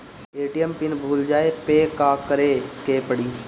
ATM pin भूल जाए पे का करे के पड़ी?